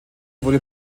wurde